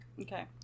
okay